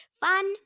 fun